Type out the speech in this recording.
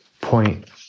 point